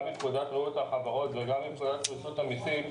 גם מנקודת ראות החברות וגם מנקודת רשות המסים,